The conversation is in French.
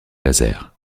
laser